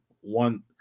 one